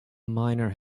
miner